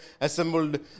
assembled